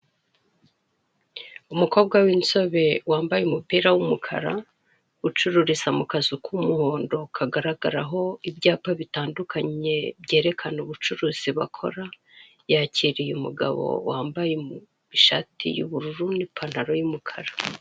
Umukobwa w'inzobe, wambaye umupira w'umukara, ucururiza mu kazu k'umuhondo, kagaragaraho ubyapa bitandukanye byerekana ubucuruzi bakora, yakiriye umugabo wambaye ishati y'ubururu n'ipantaro y'umukara.